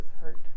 hurt